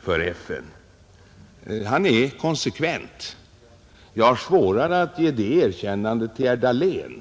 för FN. Han är konsekvent. Jag har svårare att ge det erkännandet till herr Dahlén.